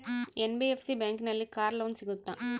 NBFC ಬ್ಯಾಂಕಿನಲ್ಲಿ car loan ಸಿಗುತ್ತಾ?